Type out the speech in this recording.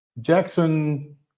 Jackson